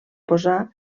posar